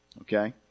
Okay